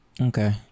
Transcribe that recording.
okay